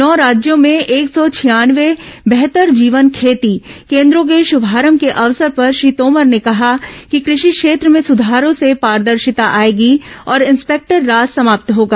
नौ राज्यों में एक सौ छियानवे बेहतर जीवन खेती केन्द्रों के शुभारंभ के अवसर पर श्री तोमर ने कहा कि कृषि क्षेत्र में सुधारों से पारदर्शिता आएगी और इंस्पेक्टर राज समाप्त होगा